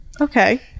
okay